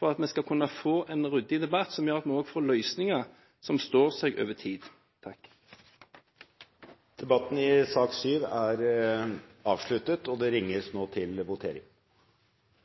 for at vi skal kunne få en ryddig debatt som gjør at vi får løsninger som står seg over tid. Debatten i sak nr. 7 er avsluttet. Da er Stortinget klar til å gå til votering